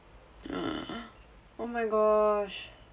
oh my gosh